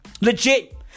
Legit